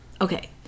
okay